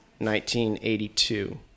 1982